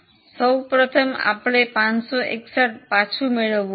સૌ પ્રથમ આપણે 561 પાછું મેળવવું પડશે